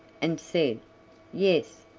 and said yes,